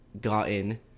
gotten